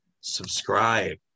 Subscribe